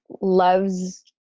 loves